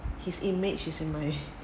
his image is in my